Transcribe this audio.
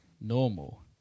normal